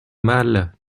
mal